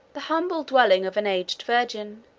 the humble dwelling of an aged virgin,